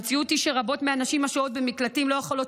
המציאות היא שרבות מהנשים השוהות במקלטים לא יכולות